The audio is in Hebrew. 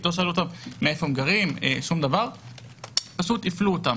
לא שאלו אותם איפה הם גרים, פשוט הפלו אותם.